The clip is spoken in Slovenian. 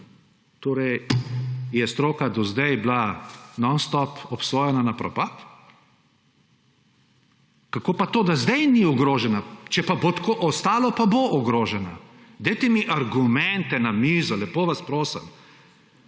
torej stroka do zdaj nonstop obsojena na propad? Kako to, da zdaj ni ogrožena, če bo tako ostalo, pa bo ogrožena? Dajte mi argumente na mizo, lepo vas prosim.